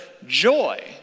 joy